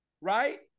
right